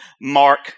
Mark